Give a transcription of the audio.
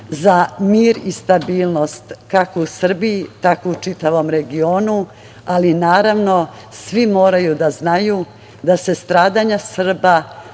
za mir i stabilnost kako u Srbiji, tako i u čitavom regionu, ali naravno, svi moraju da znaju da se stradanja Srba,